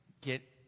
get